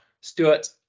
Stuart